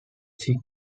che